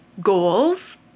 goals